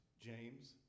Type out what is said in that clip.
James